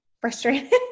frustrated